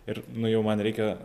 ir nu jau man reikia